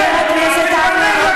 חבר הכנסת איימן, יא כושל.